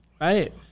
Right